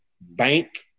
bank